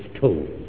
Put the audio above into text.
told